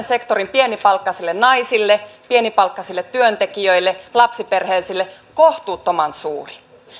sektorin pienipalkkaisille naisille pienipalkkaisille työntekijöille lapsiperheellisille kohtuuttoman suuri